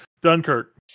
dunkirk